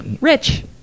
rich